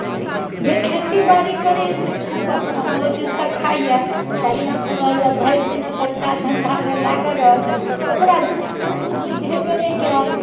जे खेतीबाड़ी करैए से खूब अपना मजेसँ खाइए बढ़िआँसँ रहैए भरि दिन अपन काज धन्धामे लागल रहल ओकरा दुःख सुख बुझेबै नहि कयल